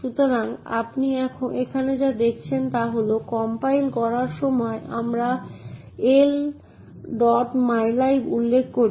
তাই আমরা জানি যে এটি বাস্তবায়ন করার জন্য আমাদের কাছে লগইন এবং পাসওয়ার্ড চেক করার মতো ব্যবস্থা রয়েছে এবং শুধুমাত্র যদি ব্যবহারকারীদের একটি বৈধ পাসওয়ার্ড থাকে এবং তারপর তারা সিস্টেম অ্যাক্সেস করতে সক্ষম হবে